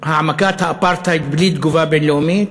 העמקת האפרטהייד בלי תגובה בין-לאומית.